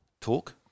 Talk